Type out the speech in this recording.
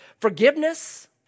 Forgiveness